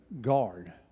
guard